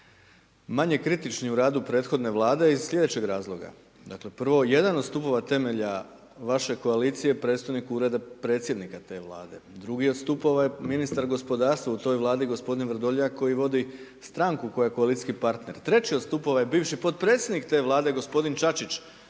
manje kritiči u radu prethodne vlade iz sljedećeg razloga. Dakle, prvo jedan od stupova temelja vaše koalicije predstojnik ureda predsjednika te vlade, drugi od stupova je ministar gospodarstva u toj vladi g. Vrdoljak, koja vodi stranki koja je koalicijski partner. Treći od stupova je bivši potpredsjednik te vlade, g. Čačić